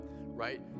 right